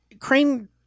crane